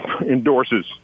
endorses